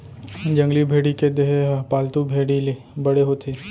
जंगली भेड़ी के देहे ह पालतू भेड़ी ले बड़े होथे